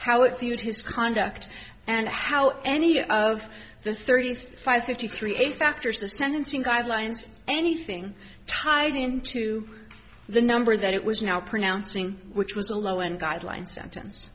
how it would his conduct and how any of this thirty five fifty three a factors the sentencing guidelines anything tied into the number that it was now pronouncing which was a low end guideline sentance